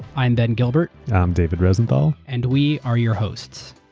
i'm ben gilbert. i'm david rosenthal. and we are your hosts.